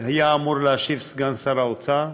היה אמור להשיב סגן שר האוצר,